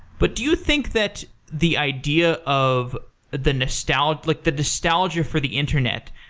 but do you think that the idea of the nostalgia like the nostalgia for the internet,